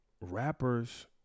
Rappers